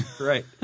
right